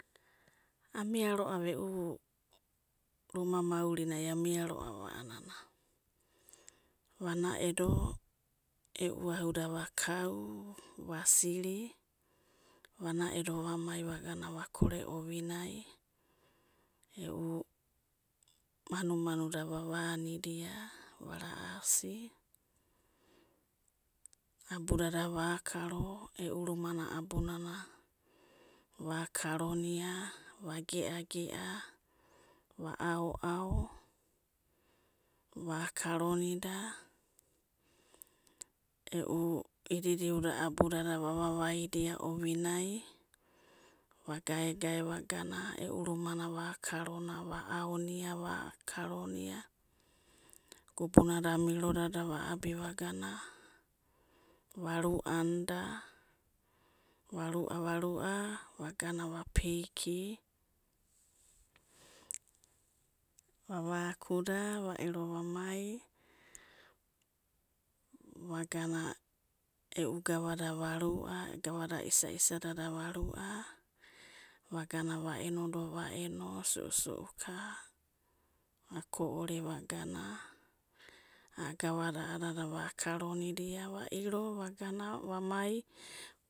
Amiarova e'u. ruma maurinai amia roava a'anana, vana'edo e'u auda vakau, va'siri, vanaedo vamai vagana vakore ovinaii, e'u rumana abunana va'akaronia va gea'gea va ao'ao, va'akaronida, e'u idi'diuda abudada vavavaida ovinai, va'gae'gae vagana e'u rumana va akaronia, va aonia, va akaronia, gubunada, mirodada va. abi va'gana, varuanida, varua varua vagana vapeigi, va'va'akuda va'ero vamai, va gana e'u gavada va'rua, gavada isa'isadada va'rua. vagano a'enodo va'eno su'u su'uka va'ko'ore vagana a'a gavada va'akaronida va'mai